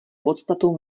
podstatou